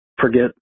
Forget